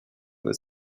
with